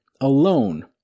alone